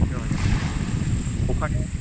পনেরো হাজার ওখানে